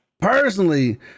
personally